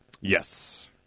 Yes